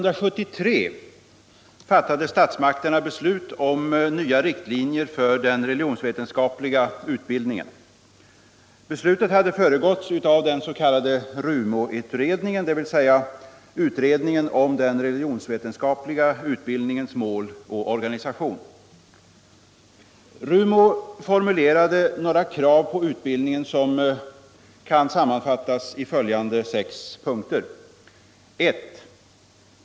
RUMO formulerade några krav på utbildningen som kan sammanfattas i följande sex punkter: 1.